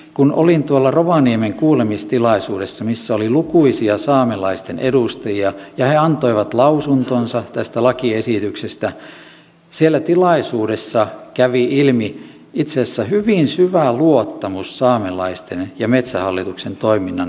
kun olin tuolla rovaniemen kuulemistilaisuudessa missä oli lukuisia saamelaisten edustajia ja he antoivat lausuntonsa tästä lakiesityksestä niin siellä tilaisuudessa kävi ilmi itse asiassa hyvin syvä luottamus saamelaisten ja metsähallituksen toiminnan välillä